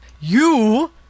You